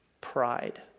pride